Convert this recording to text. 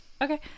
okay